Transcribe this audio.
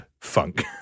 funk